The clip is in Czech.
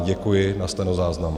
Děkuji na stenozáznam.